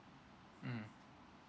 mm